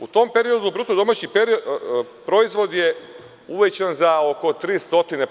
U tom periodu bruto domaći proizvod je uvećan za oko 300%